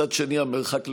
מצד שני, המרחק ל-61,